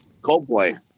Coldplay